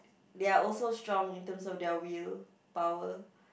they are also strong in terms of their willpower